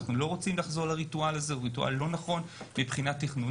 אנחנו לא רוצים לחזור לריטואל הזה שהוא לא נכון מבחינה תכנונית.